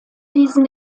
diesen